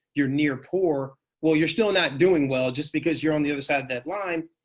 you're near poor. well, you're still not doing well just because you're on the other side of that line.